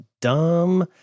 dumb